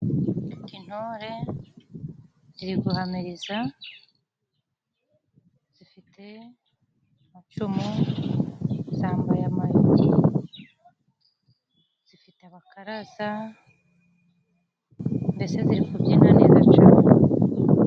Intore ziri guhamiriza, zifite amacumu, zambaye amayogi zifite abakaraza mbese ziri kubyina neza cane.